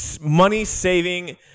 money-saving